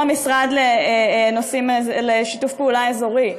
או המשרד לשיתוף פעולה אזורי.